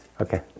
Okay